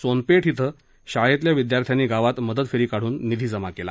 सोनपेठ इथं शाळेतल्या विद्यार्थ्यांनी गावात मदत फेरी काढून निधी जमा केला